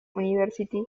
university